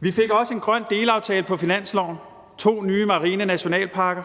Vi fik også en grøn delaftale på finansloven, to nye marine nationalparker.